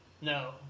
No